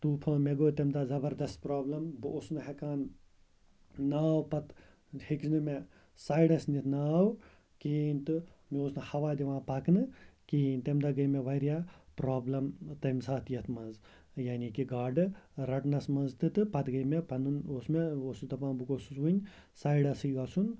طوٗفان مےٚ گوٚو تَمہِ دۄہ زبردست برابلِم بہٕ اوسُس نہٕ ہیٚکان ناو پتہٕ ہیچۍ نہٕ مےٚ سایِڈَس نِتھ ناو کِہیٖنۍ تہٕ مےٚ اوس نہٕ ہَوا دِوان پَکنہٕ کِہیٖنۍ تَمہِ دۄہ گٔے مےٚ واریاہ پرٛابلم تَمہِ ساتہٕ یَتھ منٛز یعنی کہِ گاڈٕ رَٹنَس منٛز تہِ تہٕ پتہٕ گٔے مےٚ پَنُن اوس مےٚ بہٕ اوسُس دَپان بہٕ گۄسُس وۄنۍ سایِڈَسٕے گَژھُن